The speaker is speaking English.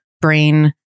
brain